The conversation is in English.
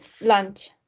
lunch